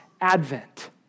advent